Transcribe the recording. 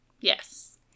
Yes